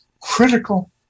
critical